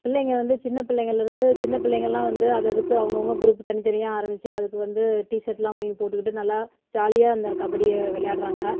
பிள்ளைங்க வந்து சின்ன பிள்ளைங்கள்லருந்து சின்ன பிள்ளைங்கள் எல்லாம் வந்து அது அதுக்கு அவங்க அவங்க குரூப்பு தனி தனியாக ஆரமிச்சு அதற்கு வந்து டி ஷர்ட்டு எல்லாம் வாங்கி போட்டுக்கிட்டு நல்லா ஜாலியாக இந்த கபடியை விளையாடுறாங்க